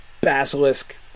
basilisk